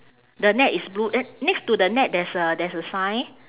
the net is blue eh next to the net there's a there's a sign